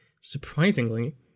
Surprisingly